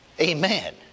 Amen